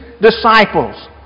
disciples